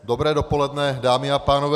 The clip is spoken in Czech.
Dobré dopoledne, dámy a pánové.